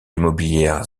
immobilière